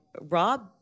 Rob